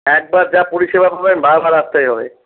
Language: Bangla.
একবার যা পরিষেবা পাবেন বারবার আসতেই হবে